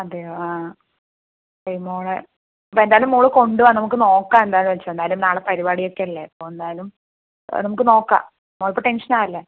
അതെയോ ആ ശരി മോളെ എന്തായാലും മോള് കൊണ്ടുവാ നമുക്ക് നോക്കാം എന്താണെന്നുവച്ചാലും എന്നാലും നാളെ പരിപാടിയൊക്കെയല്ലേ അപ്പോൾ എന്തായാലും നമുക്ക് നോക്കാം മോളിപ്പോൾ ടെൻഷൻ ആവല്ലേ